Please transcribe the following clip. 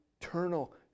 eternal